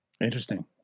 Interesting